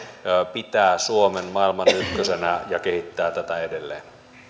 pitää suomen maailman ykkösenä ja kehittää tätä edelleen